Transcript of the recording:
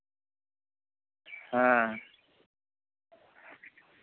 ᱦᱮᱸ